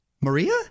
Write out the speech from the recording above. Maria